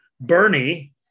Bernie